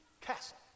castle